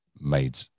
made